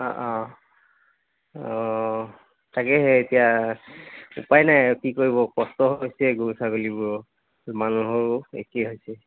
অঁ অঁ তাকেহে এতিয়া উপাই নাই আৰু কি কৰিব কষ্ট হৈছে গৰু ছাগলীবোৰৰ মানুহৰো একেই হৈছে